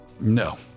No